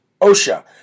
OSHA